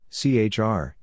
CHR